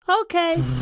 Okay